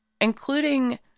including